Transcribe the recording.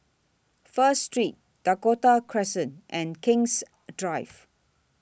First Street Dakota Crescent and King's Drive